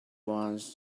wants